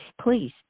please